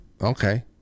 Okay